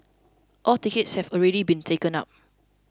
all tickets have already been taken up